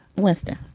winston